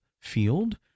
field